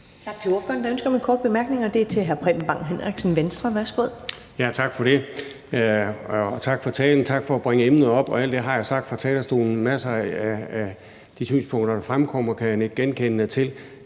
Tak til ordføreren. Der er ønske om en kort bemærkning, og den er til hr. Preben Bang Henriksen, Venstre. Værsgo. Kl. 13:21 Preben Bang Henriksen (V): Tak for det. Tak for talen, og tak for at bringe emnet op, og alt det har jeg sagt fra talerstolen: Masser af de synspunkter, der fremkommer, kan jeg nikke genkendende til.